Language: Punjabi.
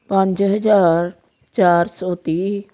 ਪੰਜ ਹਜ਼ਾਰ ਚਾਰ ਸੌ ਤੀਹ